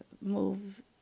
move